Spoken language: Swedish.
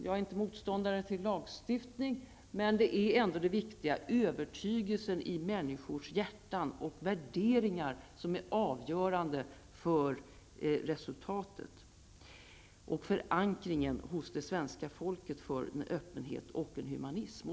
Jag är inte motståndare till lagstiftningen, men avgörande för resultatet är övertygelsen i människornas hjärtan och värderingarna, liksom förankringen hos det svenska folket när det gäller öppenhet och humanism.